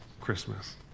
Christmas